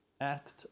act